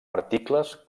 articles